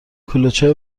کلوچه